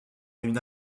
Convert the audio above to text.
une